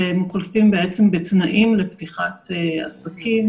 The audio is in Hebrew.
ובעצם הם חולפים בתנאים לפתיחת עסקים